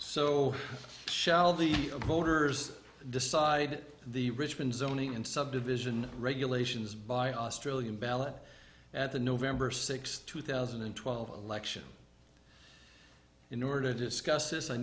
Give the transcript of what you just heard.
so shall the voters decide the richmond zoning and subdivision regulations by australian ballot at the november sixth two thousand and twelve election in order to discuss this i